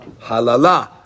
halala